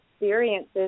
experiences